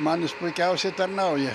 man jis puikiausiai tarnauja